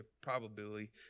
probability